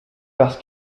parce